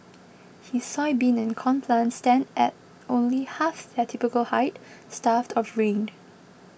his soybean and corn plants stand at only half their typical height starved of rain